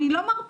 אני לא מרפה,